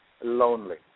lonely